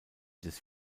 des